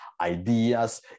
ideas